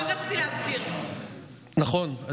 רק רציתי להזכיר, נכון.